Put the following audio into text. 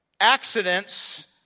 accidents